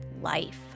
life